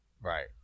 Right